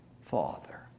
father